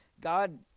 God